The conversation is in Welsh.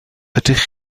ydych